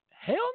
hell